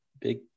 Big